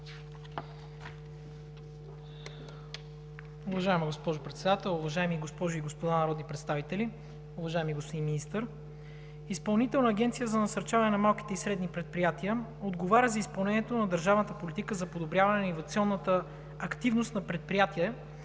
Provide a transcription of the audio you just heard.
Уважаема госпожо Председател, уважаеми госпожи и господа народни представители! Уважаеми господин Министър, Изпълнителната агенция за насърчаване на малките и средни предприятия отговаря за изпълнение на държавната политика за подобряване на иновационната активност на предприятията